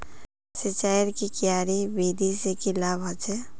सिंचाईर की क्यारी विधि से की लाभ होचे?